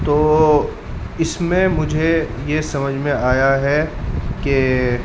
تو اس میں مجھے یہ سمجھ میں آیا ہے کہ